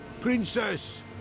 Princess